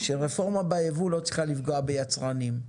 שרפורמה בייבוא לא צריכה לפגוע ביצרנים.